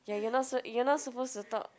ya you're not so you're not suppose to talk